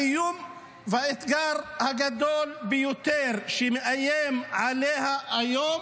האיום והאתגר הגדול ביותר שמאיימים עליה היום